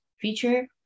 feature